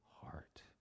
heart